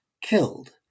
killed